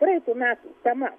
praeitų metų tema